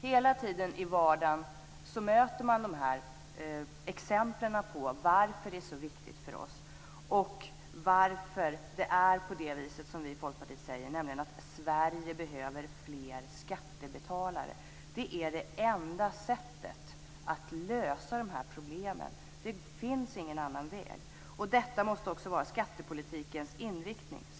Hela tiden i vardagen möter man dessa exempel på varför det är så viktigt för oss och varför det är på det viset som vi i Folkpartiet säger, nämligen att Sverige behöver fler skattebetalare. Det är det enda sättet att lösa de här problemen. Det finns ingen annan väg. Detta måste också vara skattepolitikens inriktning.